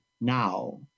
now